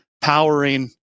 powering